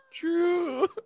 true